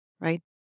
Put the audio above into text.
right